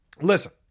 Listen